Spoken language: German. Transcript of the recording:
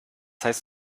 heißt